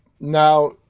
Now